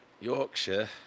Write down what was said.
Yorkshire